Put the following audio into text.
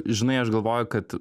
žinai aš galvoju kad